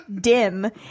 dim